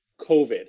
covid